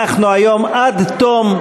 אנחנו היום עד תום,